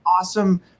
awesome